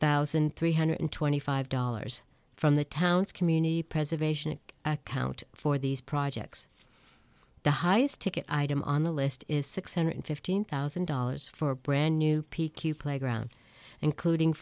thousand three hundred twenty five dollars from the town's community preservation account for these projects the highest ticket item on the list is six hundred fifteen thousand dollars for brand new p q playground including